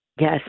Yes